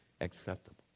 acceptable